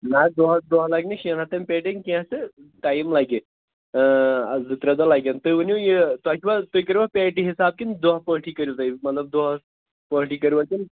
نہَ حظ دۄہَس دۄہ لَگہِ نہٕ شیٚن ہَتھن پیٹٮ۪ن کیٚنٛہہ تہٕ ٹایم لَگہِ زٕ ترٛےٚ دۄہ لَگن تُہۍ ؤنِو یہِ تۄہہِ چھُوا تُہۍ کٔرِوا پیٹہِ حِساب کِنہٕ دۄہ پٲٹھی کٔرِو تُہۍ مطلب دۄہَس پٲٹھی کٔرِیوا کِنہٕ